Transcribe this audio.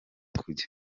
kujya